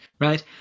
right